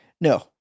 No